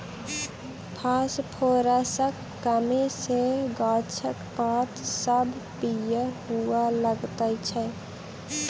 फासफोरसक कमी सॅ गाछक पात सभ पीयर हुअ लगैत छै